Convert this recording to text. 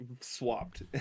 swapped